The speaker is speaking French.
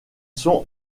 sont